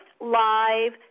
live